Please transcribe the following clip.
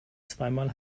zweimal